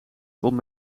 komt